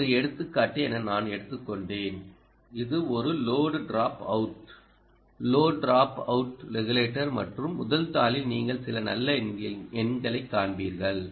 இது ஒரு எடுத்துக்காட்டு என நான் எடுத்துக்கொண்டேன் இது ஒரு load dropout low dropout regulator மற்றும் முதல் தாளில் நீங்கள் சில நல்ல எண்களைக் காண்பீர்கள்